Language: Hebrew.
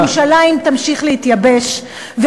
ירושלים תמשיך להתייבש.